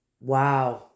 Wow